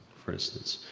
for instance